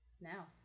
Now